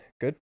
Good